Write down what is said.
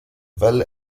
well